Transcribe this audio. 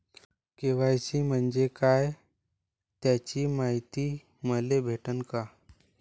KYC म्हंजे काय त्याची मायती मले भेटन का?